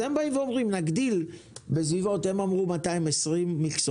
הם באים ואומרים: נגדיל בסביבות 220 מכסות,